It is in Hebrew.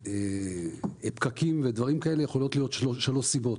לפקקים יכולות להיות שלוש סיבות: